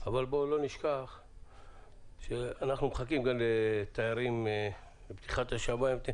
בוא לא נשכח שאנחנו גם מחכים לפתיחת השמיים.